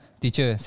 teacher